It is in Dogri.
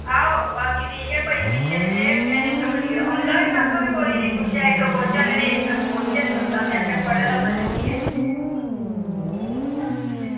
आओ बाकी ठीक ऐ पंञमीं छेमीं कम्में दा औंदा कक्ख निं अच्छा इक्क क्वेच्शन इनेंगी इक्क क्वेच्शन बी निं औंदा ते बच्चें पढ़े दा पता निं केह् ऐ